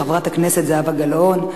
חברת הכנסת זהבה גלאון,